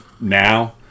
now